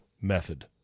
Method